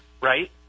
right